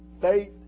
faith